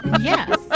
yes